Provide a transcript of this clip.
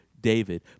David